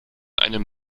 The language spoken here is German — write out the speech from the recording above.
einem